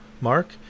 Mark